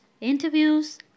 interviews